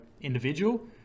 individual